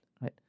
right